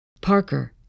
Parker